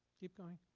keep going.